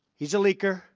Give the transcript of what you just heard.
he's a leaker.